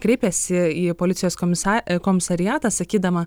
kreipėsi į policijos komisą komisariatą sakydama